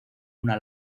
una